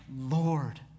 Lord